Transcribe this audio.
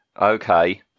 Okay